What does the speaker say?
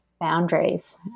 boundaries